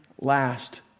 last